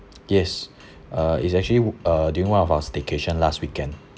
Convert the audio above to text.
yes uh it's actually uh during one of our staycation last weekend